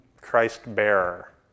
Christ-bearer